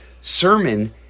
sermon